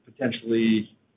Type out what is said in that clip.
potentially